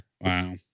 Wow